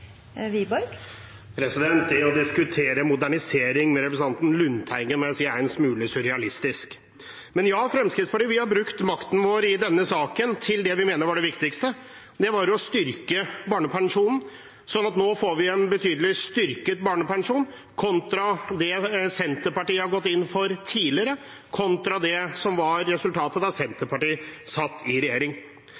Det å diskutere modernisering med representanten Lundteigen må jeg si er en smule surrealistisk. Men ja: Vi i Fremskrittspartiet har brukt makten vår i denne saken til det vi mener var det viktigste, og det var å styrke barnepensjonen. Så nå får vi en betydelig styrket barnepensjon kontra det Senterpartiet har gått inn for tidligere, og kontra det som var resultatet da